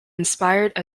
inspired